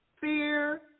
fear